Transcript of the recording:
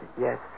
yes